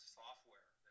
software